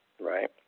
Right